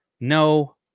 No